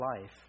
life